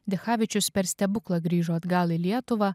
dichavičius per stebuklą grįžo atgal į lietuvą